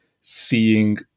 seeing